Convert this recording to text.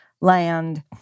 land